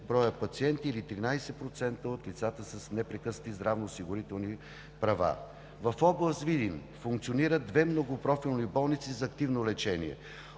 575 пациенти или 13% от лицата с непрекъснати здравно-осигурителни права. В област Видин функционират две многопрофилни болници за активно лечение